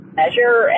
measure